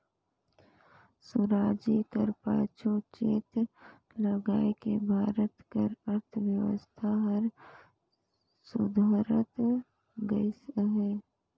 सुराजी कर पाछू चेत लगाएके भारत कर अर्थबेवस्था हर सुधरत गइस अहे